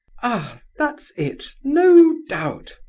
ah! that's it, no doubt!